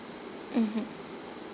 mmhmm